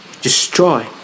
destroy